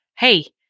Hey